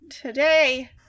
Today